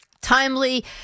timely